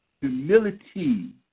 humility